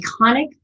iconic